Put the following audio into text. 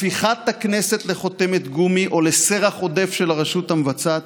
הפיכת הכנסת לחותמת גומי או לסרח עודף של הרשות המבצעת,